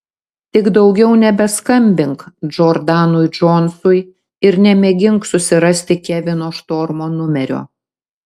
tik daugiau nebeskambink džordanui džonsui ir nemėgink susirasti kevino štormo numerio